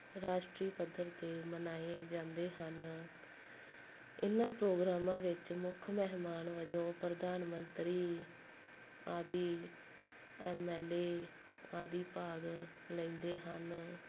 ਰਾਸ਼ਟਰੀ ਪੱਧਰ 'ਤੇ ਮਨਾਏ ਜਾਂਦੇ ਹਨ ਇਹਨਾਂ ਪ੍ਰੋਗਰਾਮਾਂ ਵਿੱਚ ਮੁੱਖ ਮਹਿਮਾਨ ਵਜੋਂ ਪ੍ਰਧਾਨ ਮੰਤਰੀ ਆਦਿ ਐੱਮ ਐੱਲ ਏ ਆਦਿ ਭਾਗ ਲੈਂਦੇ ਹਨ